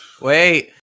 wait